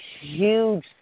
huge